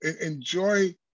Enjoy